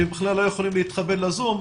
שלא יכולים להתחבר בכלל לזום,